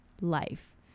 life